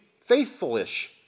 faithful-ish